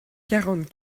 quarante